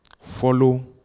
follow